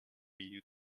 you